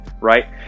right